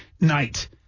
night